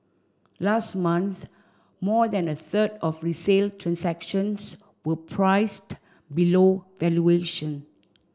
last month more than a third of resale transactions were priced below valuation